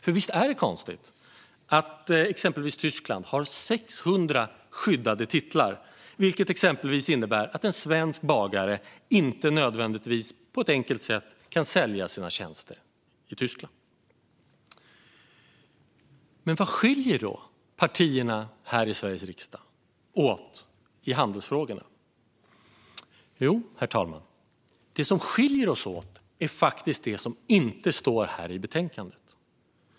För visst är det konstigt att exempelvis Tyskland har 600 skyddade titlar, vilket exempelvis innebär att en svensk bagare inte nödvändigtvis på ett enkelt sätt kan sälja sina tjänster i Tyskland. Men vad skiljer då partierna här i Sveriges riksdag åt i handelsfrågorna? Jo, herr talman, det som skiljer oss åt är faktiskt det som inte står i betänkandet.